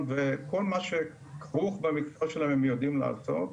וכל מה שכרוך במקצוע שלהם הם יודעים לעשות.